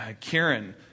Karen